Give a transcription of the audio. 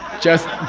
just.